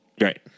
Right